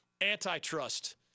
antitrust